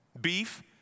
beef